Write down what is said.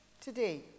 today